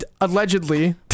allegedly